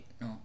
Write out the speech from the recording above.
no